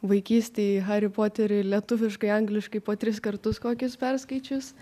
vaikystėj harį poterį lietuviškai angliškai po tris kartus kokius perskaičius